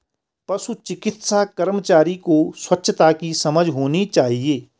पशु चिकित्सा कर्मचारी को स्वच्छता की समझ होनी चाहिए